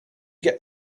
get